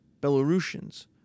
Belarusians